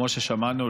כמו ששמענו,